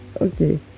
okay